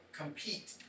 compete